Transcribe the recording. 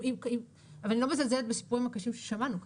אבל אני לא מזלזלת בסיפורים הקשים ששמענו כאן,